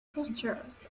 posters